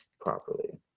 properly